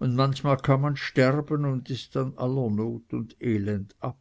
und manchmal kann man sterben und ist dann aller not und elend ab